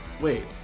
Wait